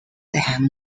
ham